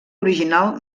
original